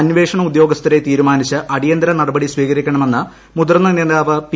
അന്വേഷണ ഉദ്യോഗസ്ഥരെ തീരുമാനിച്ച് അടിയന്തര സ്വീകരിക്കണമെന്ന് മുതിർന്ന നേതാവ് പി